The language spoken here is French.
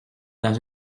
dans